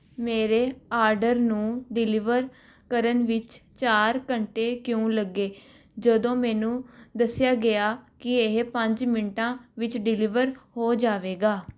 ਮੇਰੇ ਆਰਡਰ ਨੂੰ ਡਿਲੀਵਰ ਕਰਨ ਵਿੱਚ ਚਾਰ ਘੰਟੇ ਕਿਉਂ ਲੱਗੇ ਜਦੋਂ ਮੈਨੂੰ ਦੱਸਿਆ ਗਿਆ ਕਿ ਇਹ ਪੰਜ ਮਿੰਟਾਂ ਵਿੱਚ ਡਿਲੀਵਰ ਹੋ ਜਾਵੇਗਾ